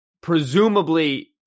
presumably